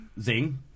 Zing